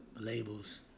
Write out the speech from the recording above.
labels